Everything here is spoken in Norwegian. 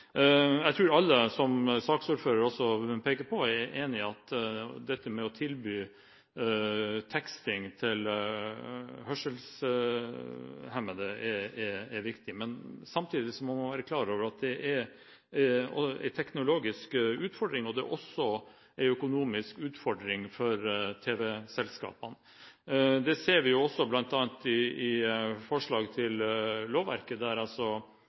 Jeg skal kort si litt om disse forslagene. Jeg tror alle, slik saksordføreren også pekte på, er enig i at dette med å tilby teksting til hørselshemmede er viktig, men samtidig må man være klar over at det er en teknologisk utfordring. Det er også en økonomisk utfordring for tv-selskapene. Det ser vi bl.a. i forslaget til lovverk, der